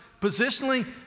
Positionally